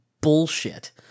bullshit